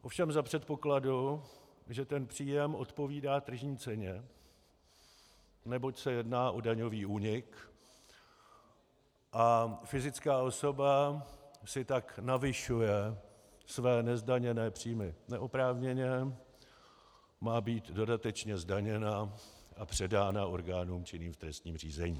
Ovšem za předpokladu, že ten příjem odpovídá tržní ceně, neboť se jedná o daňový únik a fyzická osoba si tak navyšuje své nezdaněné příjmy neoprávněně, má být dodatečně zdaněna a předána orgánům činným v trestním řízení.